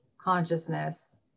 consciousness